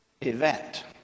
event